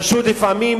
פשוט לפעמים